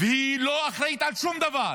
והיא לא אחראית לשום דבר,